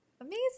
Amazing